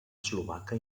eslovaca